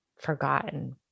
forgotten